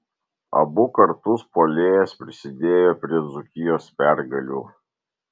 abu kartus puolėjas prisidėjo prie dzūkijos pergalių